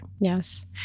Yes